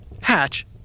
Hatch